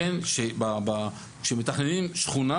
כשמתכננים שכונה,